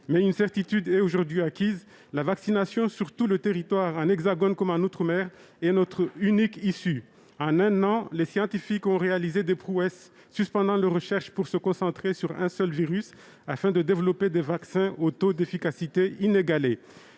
mais une certitude est aujourd'hui acquise : la vaccination, sur tout le territoire, dans l'Hexagone comme en outre-mer, est notre unique issue. En un an, les scientifiques ont réalisé des prouesses, suspendant leurs recherches pour se concentrer sur un seul virus afin de développer des vaccins aux taux d'efficacité inégalés.